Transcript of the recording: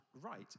right